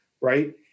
right